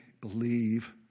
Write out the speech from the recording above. believe